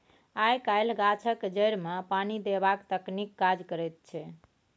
आय काल्हि गाछक जड़िमे पानि देबाक तकनीक काज करैत छै